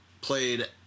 played